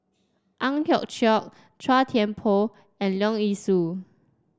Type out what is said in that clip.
Ang Hiong Chiok Chua Thian Poh and Leong Yee Soo